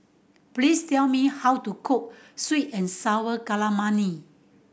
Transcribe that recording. please tell me how to cook sweet and sour